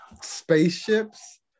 spaceships